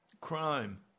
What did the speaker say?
crime